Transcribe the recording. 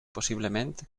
possiblement